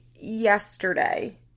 yesterday